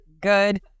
Good